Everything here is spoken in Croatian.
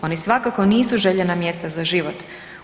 Oni svakako nisu željena mjesta za život.